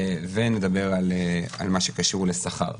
ונדבר על מה שקשור לשכר.